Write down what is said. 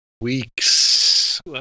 weeks